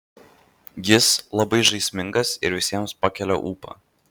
jis labai žaismingas ir visiems pakelia ūpą